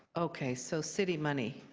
okay. so city money?